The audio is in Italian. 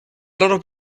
loro